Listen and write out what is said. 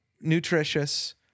Nutritious